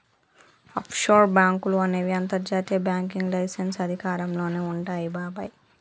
offshore బాంకులు అనేవి అంతర్జాతీయ బ్యాంకింగ్ లైసెన్స్ అధికారంలోనే వుంటాయి బాబాయ్